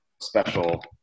special